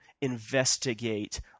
investigate